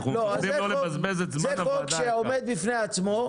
זה חוק שעומד בפני עצמו.